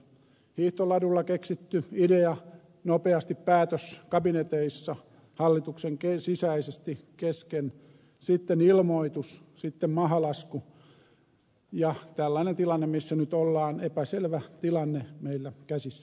hiihtoladulla keksitty idea nopeasti päätös kabineteissa hallituksen kesken sisäisesti sitten ilmoitus sitten mahalasku ja tällainen tilanne missä nyt ollaan epäselvä tilanne meillä käsissä